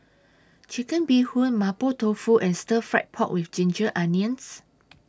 Chicken Bee Hoon Mapo Tofu and Stir Fry Pork with Ginger Onions